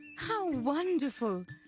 how wonderful!